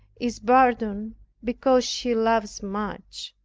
is pardoned because she loves much,